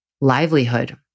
livelihood